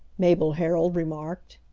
mabel herold remarked.